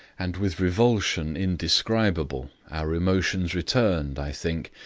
and with revulsion indescribable our emotions returned, i think,